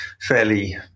fairly